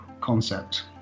concept